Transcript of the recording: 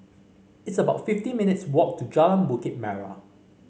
it's about fifty minutes' walk to Jalan Bukit Merah